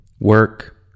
work